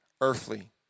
earthly